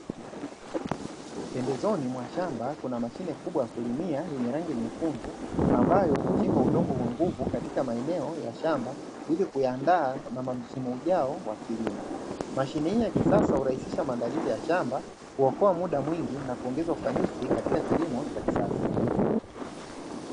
Pembezoni mwa shamba kuna mashine kubwa ya kulimia yenye rangi nyekundu ,ambayo huchimba udongo kwa nguvu katika maeneo ya shamba ili kuyaandaa na msimu ujao wa kilimo. Mashine hii ya kisasa urahishisha maandalizi ya shamba, kuokoa muda mwingi na kuongeza ufanisi katika kilimo cha kisasa.